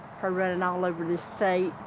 her running all over the state,